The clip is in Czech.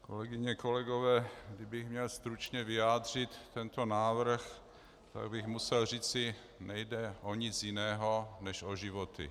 Kolegyně, kolegové, kdybych měl stručně vyjádřit tento návrh, tak bych musel říci: Nejde o nic jiného než o životy.